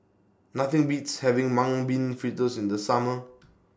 Nothing Beats having Mung Bean Fritters in The Summer